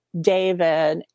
David